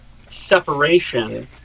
separation